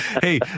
Hey